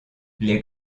les